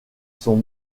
sont